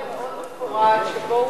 הוא נתן הסבר מאוד מפורט שבו הוא אמר,